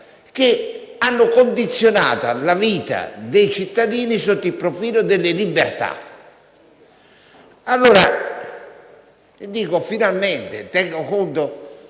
che hanno condizionato la vita dei cittadini sotto il profilo delle libertà.